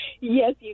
Yes